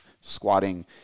squatting